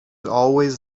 always